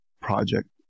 project